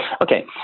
Okay